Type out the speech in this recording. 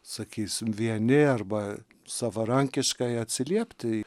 sakysim vieni arba savarankiškai atsiliepti į